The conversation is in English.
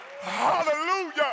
Hallelujah